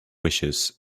wishes